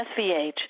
SVH